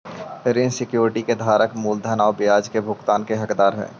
ऋण सिक्योरिटी के धारक मूलधन आउ ब्याज के भुगतान के हकदार हइ